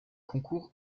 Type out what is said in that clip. concours